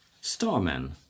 Starman